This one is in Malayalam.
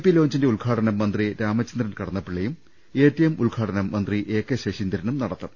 പി ലോഞ്ചിന്റെ ഉദ്ഘാടനം മന്ത്രി രാമചന്ദ്രൻ കട ന്നപ്പള്ളിയും എ ടി എം ഉദ്ഘാടനം മന്ത്രി എ കെ ശശീ ന്ദ്രനും നടത്തും